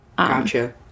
Gotcha